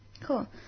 Cool